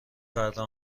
فردا